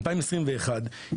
2021,